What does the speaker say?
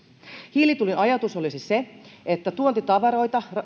hiilitullin ajatus on se että tuontitavaroita